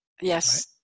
Yes